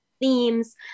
themes